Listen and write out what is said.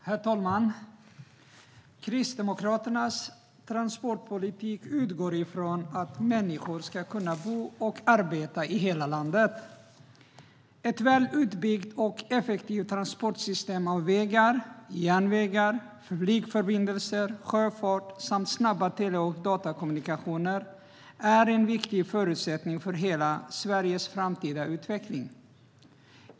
Herr talman! Kristdemokraternas transportpolitik utgår från att människor ska kunna bo och arbeta i hela landet. Ett väl utbyggt och effektivt transportsystem av vägar, järnvägar, flygförbindelser och sjöfart samt snabba tele och datakommunikationer är en viktig förutsättning för hela Sveriges framtida utveckling.